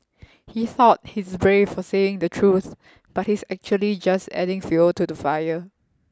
he thought he's brave for saying the truth but he's actually just adding fuel to the fire